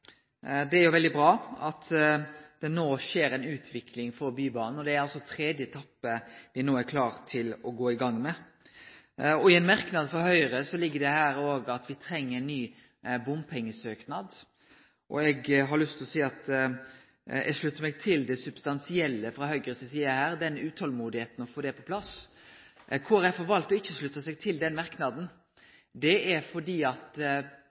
Det er jo veldig bra at det no skjer ei utvikling for Bybanen. Det er altså tredje etappe ein no er klar til å gå i gang med. I ein merknad frå Høgre ligg det òg at me treng ein ny bompengesøknad. Eg har lyst til seie at eg sluttar meg til det substansielle frå Høgre si side, det utolmodet over å få det på plass. Kristeleg Folkeparti har likevel valt ikkje å slutte seg til den merknaden. Det er fordi